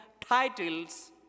titles